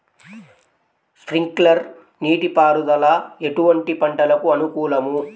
Sprinkler నీటిపారుదల ఎటువంటి పంటలకు అనుకూలము?